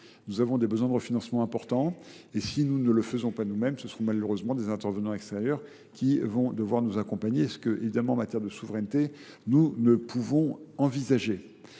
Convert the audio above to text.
Nous avons des besoins de refinancement importants, et si nous ne le faisons pas nous-mêmes, ce seront malheureusement des intervenants extérieurs qui vont devoir nous accompagner, ce qu'évidemment en matière de souveraineté, nous ne pouvons envisager.